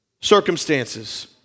circumstances